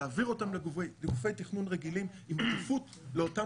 להעביר אותם לגופי תכנון רגילים עם עדיפות לאותם